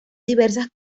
diversas